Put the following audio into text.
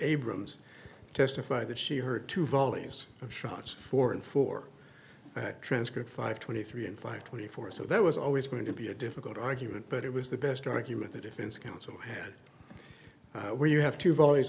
abrams testified that she heard two volleys of shots for him for that transcript five twenty three and five twenty four so that was always going to be a difficult argument but it was the best argument the defense counsel had where you have to volleys